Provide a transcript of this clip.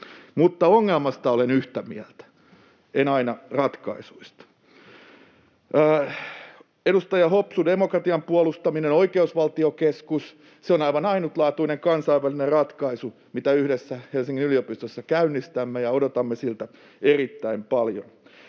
— ongelmasta olen yhtä mieltä, en aina ratkaisuista. Edustaja Hopsu: demokratian puolustaminen, Oikeusvaltiokeskus. — Se on aivan ainutlaatuinen kansainvälinen ratkaisu, mitä yhdessä Helsingin yliopistossa käynnistämme, ja odotamme siltä erittäin paljon.